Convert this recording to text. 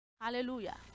hallelujah